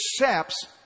accepts